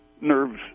nerves